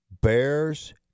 Bears